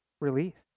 released